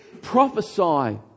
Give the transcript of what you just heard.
prophesy